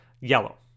yellow